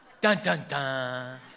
Dun-dun-dun